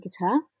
guitar